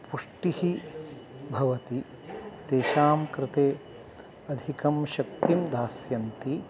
पुष्टिः भवति तेषां कृते अधिकं शक्तिं दास्यन्ति